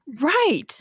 Right